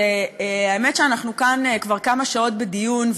האמת שאנחנו כאן כבר כמה שעות בדיון,